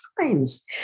times